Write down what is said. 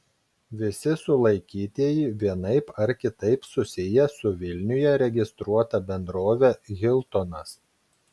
visi sulaikytieji vienaip ar kitaip susiję su vilniuje registruota bendrove hiltonas